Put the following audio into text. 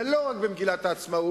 זה לא רק במגילת העצמאות,